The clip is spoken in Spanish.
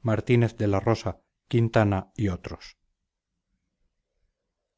martínez de la rosa quintana y otros